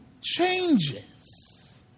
changes